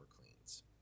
cleans